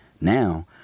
Now